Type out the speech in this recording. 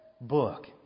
book